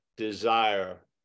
desire